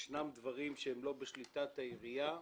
יש דברים שהם לא בשליטת העירייה,